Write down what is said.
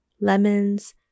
lemons